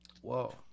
Whoa